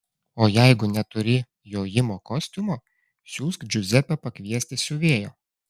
o jeigu neturi jojimo kostiumo siųsk džiuzepę pakviesti siuvėjo